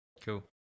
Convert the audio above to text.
Cool